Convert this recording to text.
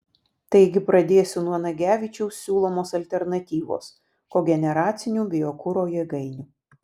taigi pradėsiu nuo nagevičiaus siūlomos alternatyvos kogeneracinių biokuro jėgainių